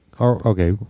okay